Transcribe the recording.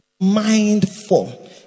mindful